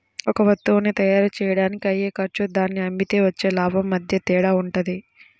ఒక వత్తువుని తయ్యారుజెయ్యడానికి అయ్యే ఖర్చు దాన్ని అమ్మితే వచ్చే లాభం మధ్య తేడా వుంటది